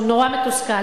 הוא נורא מתוסכל,